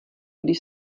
když